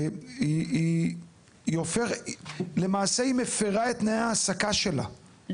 היא למעשה מפרה את תנאי ההעסקה שלה,